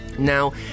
Now